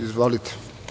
Izvolite.